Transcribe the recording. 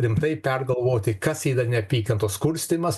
rimtai pergalvoti kas yra neapykantos kurstymas